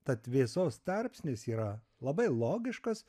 tad vėsos tarpsnis yra labai logiškas